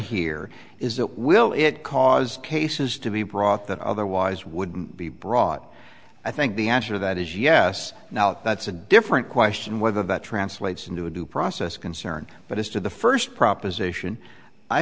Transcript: here is that will it cause cases to be brought that otherwise would be brought i think the answer that is yes now that's a different question whether that translates into a due process concern but as to the first proposition i